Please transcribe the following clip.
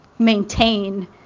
maintain